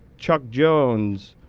chuckjones,